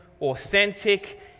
authentic